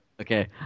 Okay